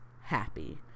happy